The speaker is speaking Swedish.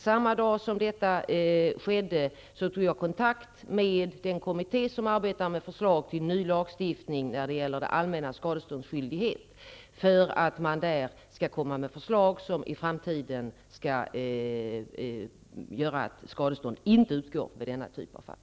Samma dag som det skedde tog jag kontakt med den kommitté som arbetar med förslag till ny lagstiftning när det gäller det allmännas skadeståndsskyldighet, för att man där skall komma med förslag som i framtiden gör att skadestånd inte utgår i denna typ av fall.